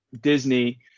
Disney